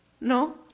No